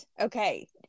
Okay